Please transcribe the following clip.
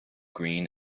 green